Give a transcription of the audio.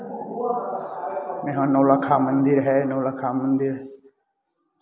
यहाँ नौलखा मंदिर है नौलखा मंदिर